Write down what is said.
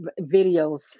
videos